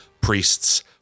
priests